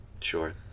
Sure